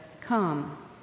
come